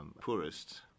poorest